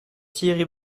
thierry